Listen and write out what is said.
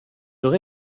hur